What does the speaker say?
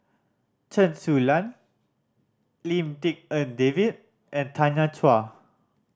Chen Su Lan Lim Tik En David and Tanya Chua